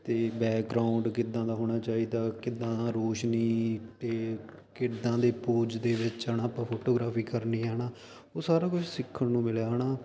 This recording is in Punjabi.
ਅਤੇ ਬੈਕਗਰਾਊਂਡ ਕਿੱਦਾਂ ਦਾ ਹੋਣਾ ਚਾਹੀਦਾ ਕਿੱਦਾਂ ਰੋਸ਼ਨੀ ਅਤੇ ਕਿੱਦਾਂ ਦੇ ਪੋਜ ਦੇ ਵਿੱਚ ਹੈ ਨਾ ਫੋਟੋਗਰਾਫੀ ਕਰਨੀ ਹੈ ਨਾ ਉਹ ਸਾਰਾ ਕੁਝ ਸਿੱਖਣ ਨੂੰ ਮਿਲਿਆ ਹੈ ਨਾ